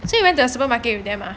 so you went to supermarket with them lah